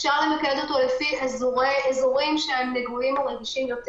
אפשר למקד אותו לפי אזורים שהם נגועים או רגישים יותר.